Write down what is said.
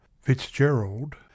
fitzgerald